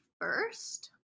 first